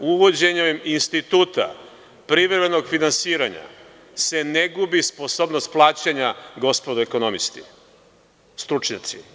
Uvođenje instituta privremenog finansiranja se ne gubi sposobnost plaćanja, gospodo ekonomisti, stručnjaci.